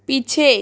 पीछे